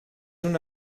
una